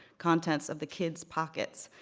contents of the kid's pockets,